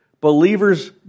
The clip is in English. believers